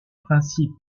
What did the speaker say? principes